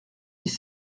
dix